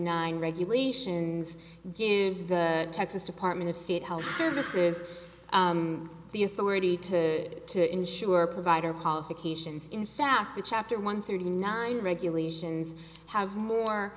nine regulations gives the texas department of state health services the authority to to ensure provider qualifications in safa chapter one thirty nine regulations have more